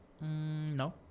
no